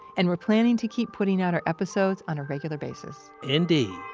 and we're planning to keep putting out our episodes on a regular basis indeed.